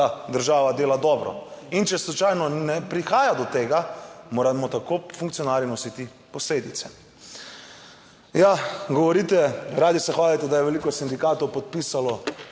država dela dobro in če slučajno ne prihaja do tega, moramo tako funkcionarji nositi posledice. Ja, govorite, radi se hvalite, da je veliko sindikatov podpisalo,